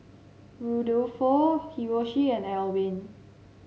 Rudolfo Hiroshi and Elwin